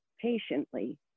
patiently